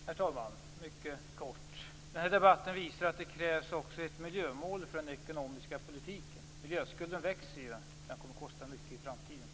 Herr talman! Denna debatt visar att det krävs också ett miljömål för den ekonomiska politiken. Miljöskulden växer, och den kommer att kosta mycket i framtiden.